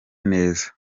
neza